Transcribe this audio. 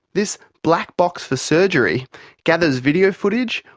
this black box for surgery gathers video footage,